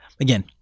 again